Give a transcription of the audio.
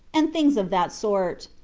and things of that sort.